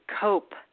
cope